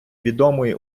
відомої